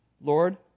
Lord